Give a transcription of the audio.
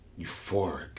euphoric